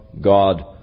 God